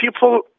People